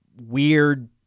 weird